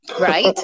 right